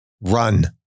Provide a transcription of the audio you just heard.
run